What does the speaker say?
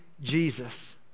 Jesus